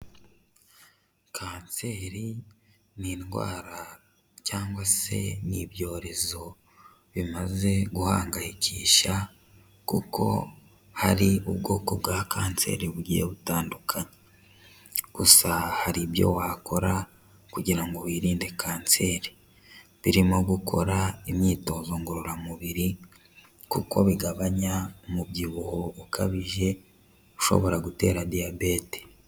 Kanseri ni indwara cyangwa se ni ibyorezo bimaze guhangayikisha kuko hari ubwoko bwa kanseri bugiye butandukanye. Gusa hari ibyo wakora kugira ngo wirinde kanseri, birimo gukora imyitozo ngororamubiri kuko bigabanya umubyibuho ukabije ushobora gutera diyabete.